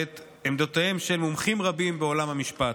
ואת עמדותיהם של מומחים רבים בעולם המשפט.